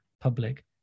public